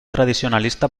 tradicionalista